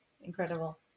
Incredible